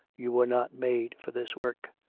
you were not made for this work.